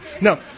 No